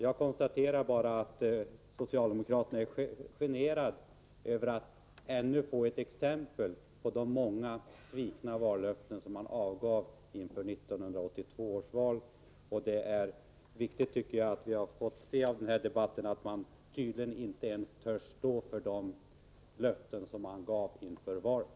Jag konstaterar bara att socialdemokraterna är generade över att få ytterligare exempel på vallöften man avgav inför 1982 års val men som man sedan svikit. Av den här debatten har framgått — och det tycker jag är viktigt — att man tydligen inte ens törs stå för de löften man gav inför valet.